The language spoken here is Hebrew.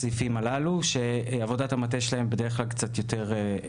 הסעיפים הללו שעבודת המטה שלהם בדרך כלל מתארכת קצת יותר.